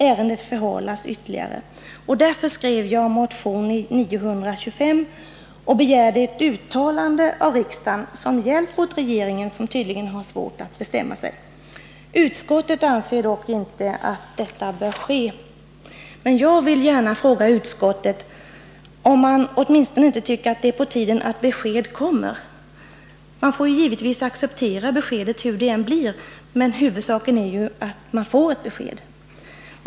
Ärendet förhalas ytterligare. Därför skrev jag motion 925 och begärde ett uttalande av riksdagen som hjälp åt regeringen, som tydligen har svårt att bestämma sig. Utskottet anser dock inte att ett sådant uttalande bör göras. Jag vill gärna fråga utskottet om man åtminstone inte tycker att det är på tiden att beskedet kommer. Vi får givetvis acceptera beskedet hurudant det än blir — huvudsaken är att vi får ett besked.